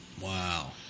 Wow